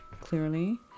clearly